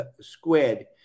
squid